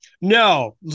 No